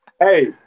Hey